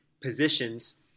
positions